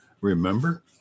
Remember